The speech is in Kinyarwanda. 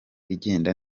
igenda